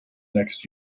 next